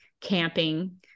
camping